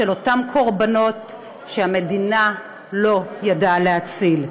של אותם קורבנות שהמדינה לא ידעה להציל.